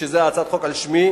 שזו הצעת חוק על שמי.